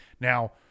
Now